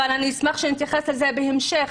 לא ארחיב אבל אני אשמח שנתייחס לזה בהמשך.